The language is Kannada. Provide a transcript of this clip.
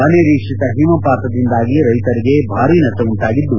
ಅನಿರೀಕ್ಷಿತ ಹಿಮಪಾತದಿಂದಾಗಿ ರೈತರಿಗೆ ಭಾರಿ ನಪ್ಪ ಉಂಟಾಗಿದ್ದು